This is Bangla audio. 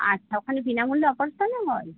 আচ্ছা ওখানে বিনামূল্যে অপরেশানও হয়